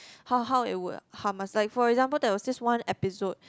how how it will harm us like for example there was this one episode